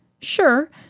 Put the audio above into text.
Sure